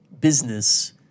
business